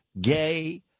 gay